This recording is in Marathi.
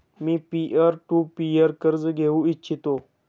मी पीअर टू पीअर कर्ज घेऊ इच्छितो